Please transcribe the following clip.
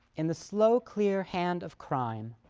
in the slow, clear hand of crime,